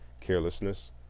carelessness